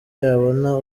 yabona